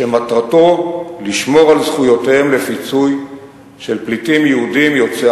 ומטרתו לשמור על זכויותיהם לפיצוי של פליטים יהודים יוצאי